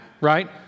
right